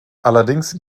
allerdings